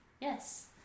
Yes